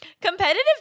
Competitive